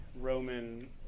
Roman